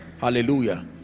Hallelujah